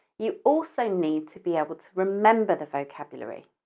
you also need to be able to remember the vocabulary.